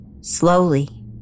Slowly